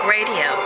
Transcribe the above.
Radio